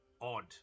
odd